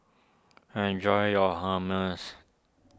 enjoy your Hummus